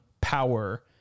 power